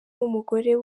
numugore